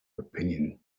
opinion